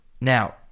Now